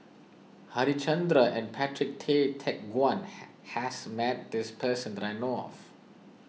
Harichandra and Patrick Tay Teck Guan has met this person that I know of